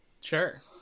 Sure